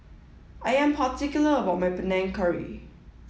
I am particular about my Panang Curry